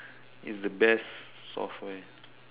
it's the best software